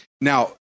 Now